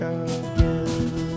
again